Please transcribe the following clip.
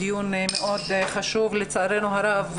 זהו דיון מאוד חשוב ולצערנו הרב,